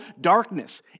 darkness